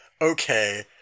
okay